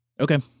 Okay